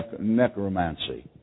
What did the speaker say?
necromancy